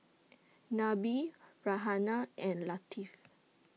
Nabil Raihana and Latif